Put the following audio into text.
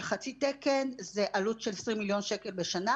חצי תקן זה עלות של 20 מיליון שקל בשנה.